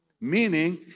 Meaning